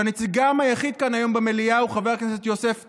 שנציגם היחיד כאן היום במליאה הוא חבר הכנסת יוסף טייב,